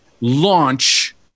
launch